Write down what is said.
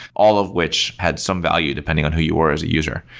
all of which had some value depending on who you were as a user.